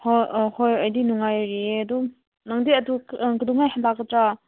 ꯍꯣꯏ ꯍꯣꯏ ꯑꯩꯗꯤ ꯅꯨꯡꯉꯥꯏꯔꯤꯌꯦ ꯑꯗꯨꯝ ꯅꯪꯗꯤ ꯀꯩꯗꯧꯉꯩ ꯍꯜꯂꯛꯀꯗ꯭ꯔꯥ